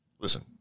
Listen